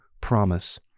promise